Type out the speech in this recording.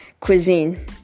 Cuisine